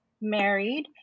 married